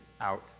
out